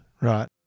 Right